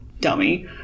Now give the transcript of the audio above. dummy